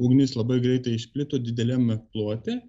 ugnis labai greitai išplito dideliame plote